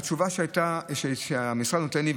התשובה שהמשרד נותן לי,